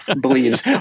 believes